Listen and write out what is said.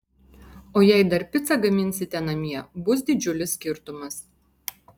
o jei dar picą gaminsite namie bus didžiulis skirtumas